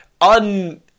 un